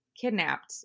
kidnapped